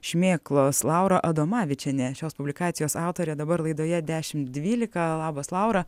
šmėklos laura adomavičienė šios publikacijos autorė dabar laidoje dešimt dvylika labas laura